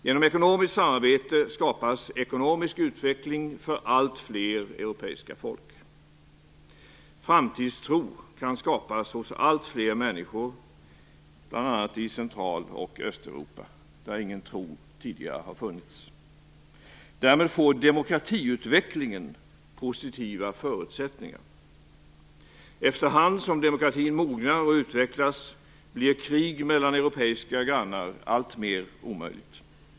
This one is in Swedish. Genom ekonomiskt samarbete skapas ekonomisk utveckling för allt fler europeiska folk. Framtidstro kan skapas hos allt fler människor, bl.a. i Central och Östeuropa, där ingen tro tidigare fanns. Därmed får demokratiutvecklingen positiva förutsättningar. Efterhand som demokratin mognar och utvecklas blir krig mellan europeiska grannar alltmer omöjligt.